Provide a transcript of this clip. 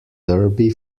derby